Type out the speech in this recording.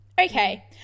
Okay